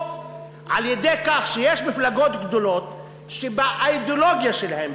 או על-ידי כך שיש מפלגות גדולות שבאידיאולוגיה שלהן,